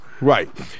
right